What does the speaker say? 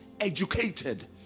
educated